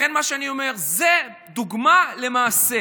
לכן, מה שאני אומר, זה דוגמה, למעשה.